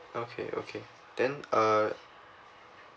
okay okay then uh